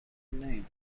نمی